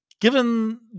given